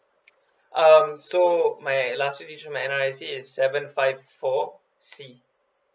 um so my last three digit my N_R_I_C is seven five four C